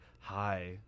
hi